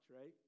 right